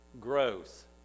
growth